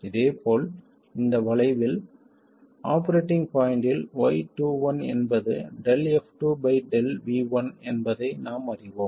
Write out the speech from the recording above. இதேபோல் இந்த வளைவில் ஆபரேட்டிங் பாய்ண்ட்டில் y21 என்பது ∂f2 ∂ V1 என்பதை நாம் அறிவோம்